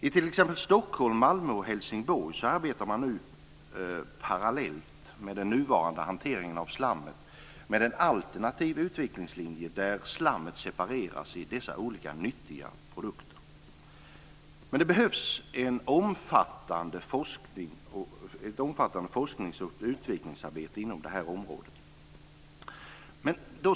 I t.ex. Stockholm, Malmö och Helsingborg arbetar man nu parallellt med den nuvarande hanteringen av slammet med en alternativ utvecklingslinje där slammet separeras i dessa olika nyttiga produkter. Det behövs ett omfattande forsknings och utvecklingsarbete inom detta område.